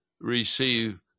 receive